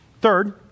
Third